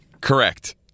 Correct